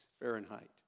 Fahrenheit